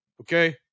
Okay